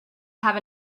have